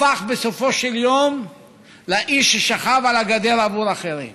הפך בסופו של יום לאיש ששכב על הגדר עבור אחרים.